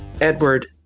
Edward